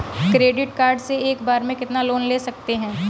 Credit card से एक बार में कितना लोन ले सकते हैं?